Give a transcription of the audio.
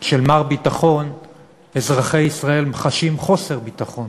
של מר-ביטחון אזרחי ישראל חשים חוסר ביטחון,